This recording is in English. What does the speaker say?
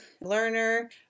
learner